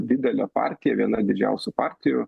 didelė partija viena didžiausių partijų